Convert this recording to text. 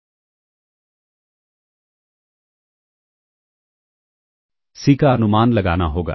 CSI का अनुमान लगाना होगा